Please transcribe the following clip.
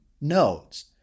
nodes